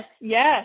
yes